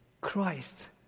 Christ